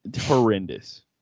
Horrendous